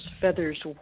feathers